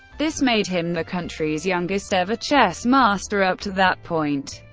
this made him the country's youngest ever chess master, up to that point.